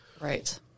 Right